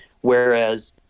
Whereas